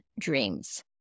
dreams